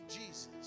Jesus